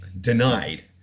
denied